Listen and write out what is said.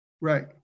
Right